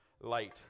light